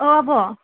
औ आब'